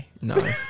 no